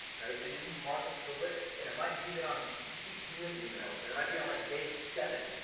right, and then you market to the list. and it might be that you keep doing emails, and it might be on like day seven,